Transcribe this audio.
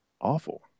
awful